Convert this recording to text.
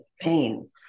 pain